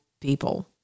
people